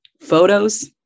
photos